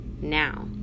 Now